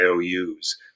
IOUs